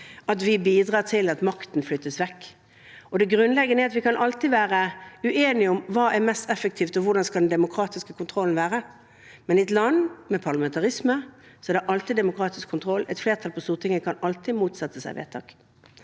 at vi bidrar til at makten flyttes vekk. Det grunnleggende er at vi alltid kan være uenige om hva som er mest effektivt, og hvordan den demokratiske kontrollen skal være, men i et land med parlamentarisme er det alltid demokratisk kontroll. Et flertall på Stortinget kan alltid motsette seg vedtak.